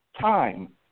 time